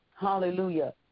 Hallelujah